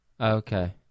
Okay